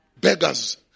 Beggars